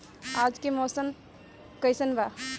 आज के मौसम कइसन बा?